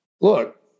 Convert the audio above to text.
look